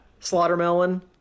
Slaughtermelon